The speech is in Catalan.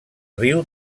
riu